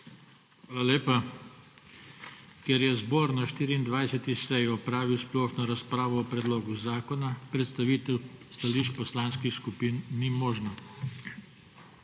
Hvala lepa. Ker je zbor na 24. seji opravil splošno razpravo o predlogu zakona, predstavitev stališč poslanskih skupin ni možna.